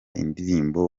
indirimbo